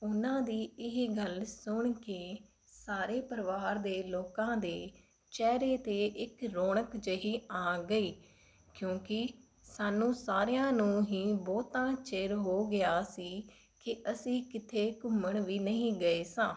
ਉਹਨਾਂ ਦੀ ਇਹ ਗੱਲ ਸੁਣ ਕੇ ਸਾਰੇ ਪਰਿਵਾਰ ਦੇ ਲੋਕਾਂ ਦੇ ਚਿਹਰੇ 'ਤੇ ਇੱਕ ਰੌਣਕ ਜਿਹੀ ਆ ਗਈ ਕਿਉਂਕਿ ਸਾਨੂੰ ਸਾਰਿਆਂ ਨੂੰ ਹੀ ਬਹੁਤਾ ਚਿਰ ਹੋ ਗਿਆ ਸੀ ਕਿ ਅਸੀਂ ਕਿੱਥੇ ਘੁੰਮਣ ਵੀ ਨਹੀਂ ਗਏ ਸਾਂ